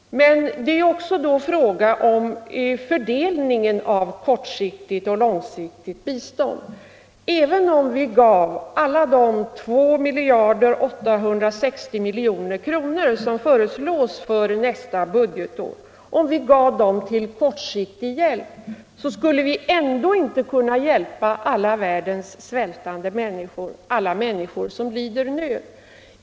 Men det är också fråga om fördelningen av kortsiktigt och långsiktigt bistånd. Även om vi gav alla de 2 860 000 000 kr. som föreslås för nästa budgetår till kortsiktig hjälp, skulle vi inte kunna hjälpa alla världens svältande människor, alla människor som lider nöd.